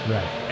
Right